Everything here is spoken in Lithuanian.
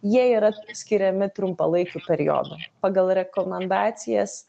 jie yra skiriami trumpalaikiu periodu pagal rekomendacijas